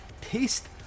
taste